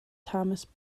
thomas